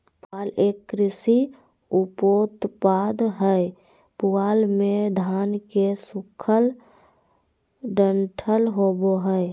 पुआल एक कृषि उपोत्पाद हय पुआल मे धान के सूखल डंठल होवो हय